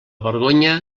vergonya